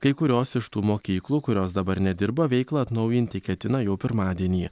kai kurios iš tų mokyklų kurios dabar nedirba veiklą atnaujinti ketina jau pirmadienį